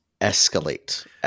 escalate